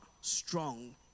strong